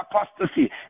apostasy